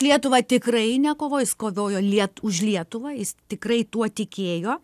lietuvą tikrai nekovojo jis kovojo liet už lietuvą jis tikrai tuo tikėjo